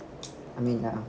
I mean ya